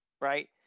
right